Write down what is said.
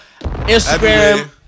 Instagram